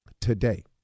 today